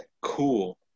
Cool